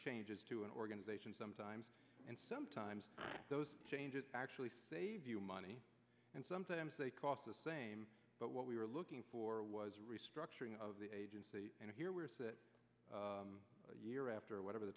changes to an organization sometimes and sometimes those changes actually save you money and sometimes they cost the same but what we were looking for was a restructuring of the agency and here we are so that year after whatever the